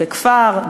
בכפר,